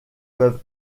peuvent